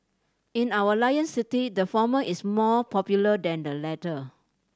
in our Lion City the former is more popular than the latter